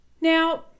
now